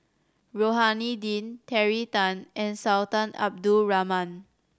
Rohani Din Terry Tan and Sultan Abdul Rahman